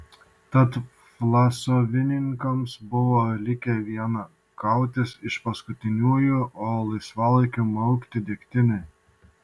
tad vlasovininkams buvo likę viena kautis iš paskutiniųjų o laisvalaikiu maukti degtinę